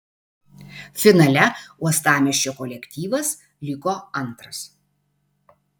finale uostamiesčio kolektyvas liko antras